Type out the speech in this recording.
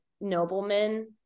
noblemen